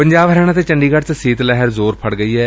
ਪੰਜਾਬ ਹਰਿਆਣਾ ਤੇ ਚੰਡੀਗੜ੍ ਚ ਸੀਤ ਲਹਿਰ ਜ਼ੋਰ ਫੜ ਗਈ ਏ